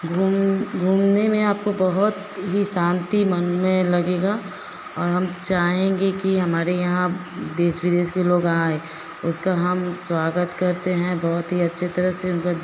घूम घूमने में आपको बहुत ही शांति मन में लगेगी और हम चाहेंगे कि हमारे यहाँ देश विदेश के लोग आए उसका हम स्वागत करते हैं बहुत ही अच्छे तरह से